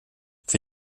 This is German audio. für